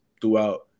throughout